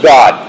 God